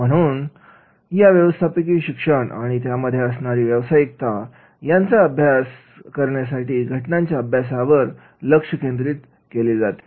या मधून व्यवस्थापकिय शिक्षण आणि त्यामध्ये असणारी व्यावसायिकता यांचा अभ्यास करण्यासाठी घटनांच्या अभ्यासावर लक्ष केंद्रित केले जाते